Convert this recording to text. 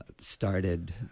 started